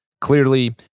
Clearly